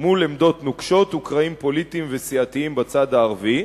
מול עמדות נוקשות וקרעים פוליטיים וסיעתיים בצד הערבי,